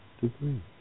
degree